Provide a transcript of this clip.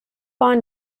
ons